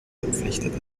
verpflichtet